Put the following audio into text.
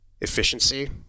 efficiency